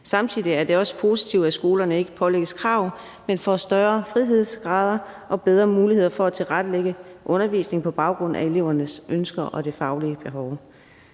Samtidig er det også positivt, at skolerne ikke pålægges krav, men får større frihedsgrader og bedre muligheder for at tilrettelægge undervisningen på baggrund af elevernes ønsker og faglige behov.